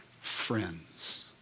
friends